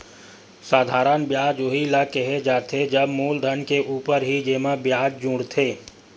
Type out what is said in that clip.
साधारन बियाज उही ल केहे जाथे जब मूलधन के ऊपर ही जेमा बियाज जुड़थे